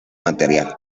material